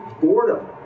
boredom